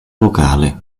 vocale